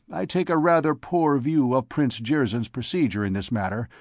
i take a rather poor view of prince jirzyn's procedure in this matter,